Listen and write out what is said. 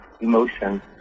emotion